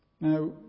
Now